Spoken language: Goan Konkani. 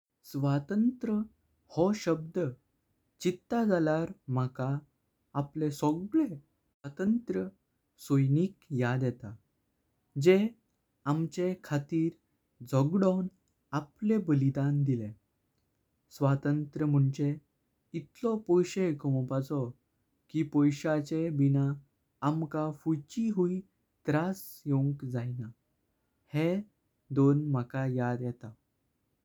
स्वतंत्र हो शब्द चिट्टा जाल्यार माका आपले सगळे स्वतंत्र्य सैनिक याद येता। जे आमचे खातिर झगडों आपले बलिदान देल्ले। स्वतंत्र्य मोंचें इतलो पैशे कांवपाचो कि पैशांचें बिना आमका फुचे सोडूनक जाएंना हे मका याद येता।